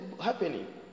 happening